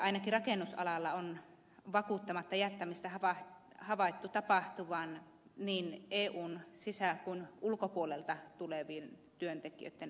ainakin rakennusalalla on vakuuttamatta jättämistä havaittu tapahtuvan niin eun sisä kuin ulkopuolelta tulevien työntekijöiden osalta